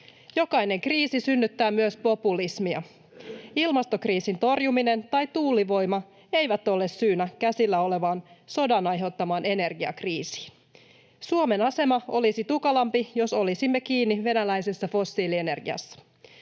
Jokainen kriisi synnyttää myös populismia. Ilmastokriisin torjuminen tai tuulivoima ei ole syynä käsillä olevaan, sodan aiheuttamaan energiakriisiin. Suomen asema olisi tukalampi, jos olisimme kiinni venäläisessä fossiilienergiassa.